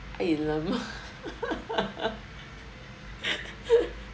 !alamak!